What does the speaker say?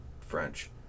French